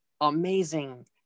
amazing